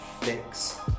fix